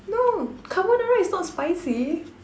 no carbonara is not spicy